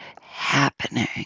happening